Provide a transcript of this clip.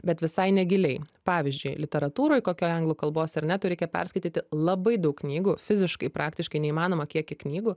bet visai negiliai pavyzdžiui literatūroj kokioj anglų kalbos ar ne tau reikia perskaityti labai daug knygų fiziškai praktiškai neįmanoma kiekį knygų